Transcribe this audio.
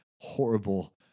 horrible